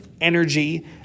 energy